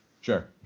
Sure